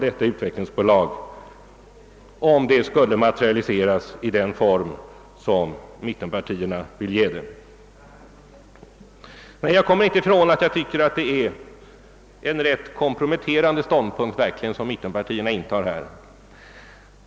Jag kommer inte ifrån att jag tycker att det verkligen är en rätt komprometterande ståndpunkt som mittenpartierna här intar.